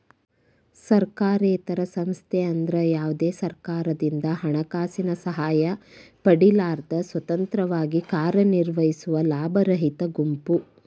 ಸರ್ಕಾರೇತರ ಸಂಸ್ಥೆ ಅಂದ್ರ ಯಾವ್ದೇ ಸರ್ಕಾರದಿಂದ ಹಣಕಾಸಿನ ಸಹಾಯ ಪಡಿಲಾರ್ದ ಸ್ವತಂತ್ರವಾಗಿ ಕಾರ್ಯನಿರ್ವಹಿಸುವ ಲಾಭರಹಿತ ಗುಂಪು